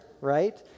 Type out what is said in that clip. right